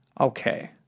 Okay